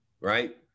right